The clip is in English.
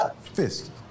Fist